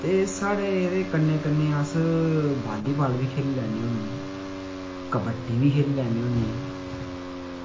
ते साढ़े जेह्ड़े कन्नै कन्नै अस वालीबॉल बी खेल्ली लैने होन्ने कबड्डी बी खेल्ली लैन्ने होन्ने